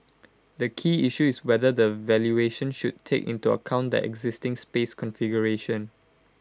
the key issue is whether the valuation should take into account that existing space configuration